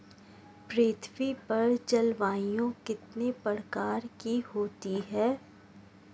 पृथ्वी पर जलवायु कितने प्रकार की होती है?